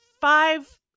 five